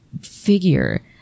figure